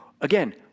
again